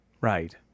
Right